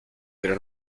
pero